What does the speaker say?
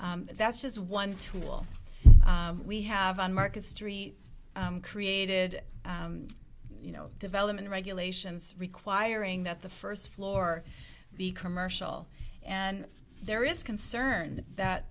that's just one tool we have on market street created you know development regulations requiring that the first floor be commercial and there is concern that